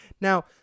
Now